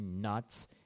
nuts